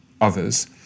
Others